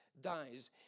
dies